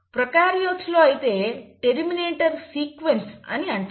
ప్రోకార్యోట్లలో అయితే terminator sequence అని అంటారు